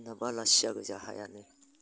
दा बालासिया गोजा हायानो